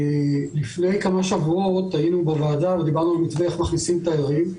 לפני כמה שבועות היינו בוועדה ודיברנו על מתווה איך מכניסים תיירים.